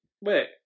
wait